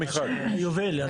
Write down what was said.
היובל.